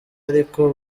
ariko